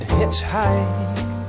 hitchhike